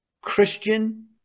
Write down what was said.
Christian